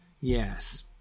Yes